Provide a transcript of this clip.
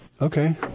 Okay